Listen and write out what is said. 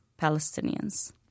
Palestinians